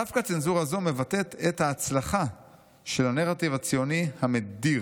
דווקא צנזורה זו מבטאת את ההצלחה של הנרטיב הציוני המדיר.